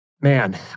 man